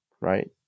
right